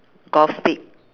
golf stick